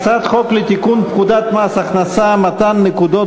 הצעת חוק לתיקון פקודת מס הכנסה (מתן נקודות